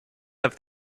have